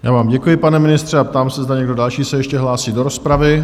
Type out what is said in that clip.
Já vám děkuji, pane ministře, a ptám se, zda někdo další se ještě hlásí do rozpravy?